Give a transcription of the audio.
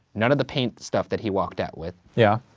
none of the paint stuff that he walked out with. yeah.